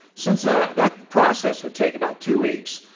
since ah that process would take about two weeks.